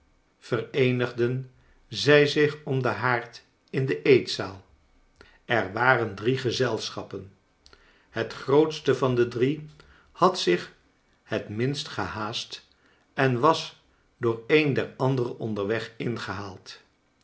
vereenigden zij zich om den haard in de eetzaal er waren drie gezelschappen het grootste van de drie had zich het minst gehaast en was door een der andere onderweg ingehaald